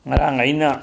ꯉꯔꯥꯡ ꯑꯩꯅ